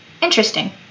Interesting